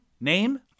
name